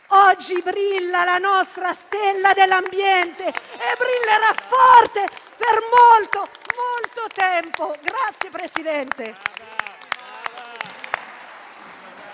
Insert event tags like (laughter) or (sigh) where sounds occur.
Oggi brilla la nostra stella dell'ambiente e brillerà forte per molto, molto tempo. (applause)